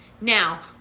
Now